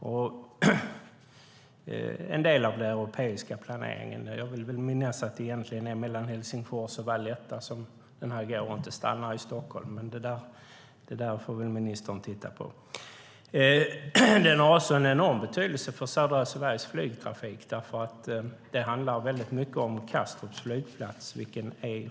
Det är en del av den europeiska planeringen, och jag vill minnas att det egentligen är mellan Helsingfors och Valletta som den går. Den stannar inte i Stockholm, men det där får väl ministern titta på. Den har också en enorm betydelse för södra Sveriges flygtrafik, eftersom det handlar väldigt mycket om Kastrups flygplats.